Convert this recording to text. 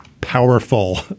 powerful